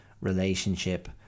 relationship